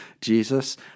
Jesus